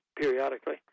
periodically